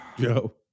Joe